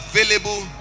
available